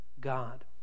God